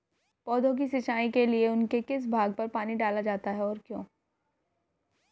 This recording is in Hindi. पौधों की सिंचाई के लिए उनके किस भाग पर पानी डाला जाता है और क्यों?